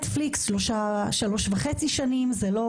לנטפליקס, למשל, זה לקח 3.5 שנים.